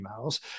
emails